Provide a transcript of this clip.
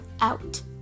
out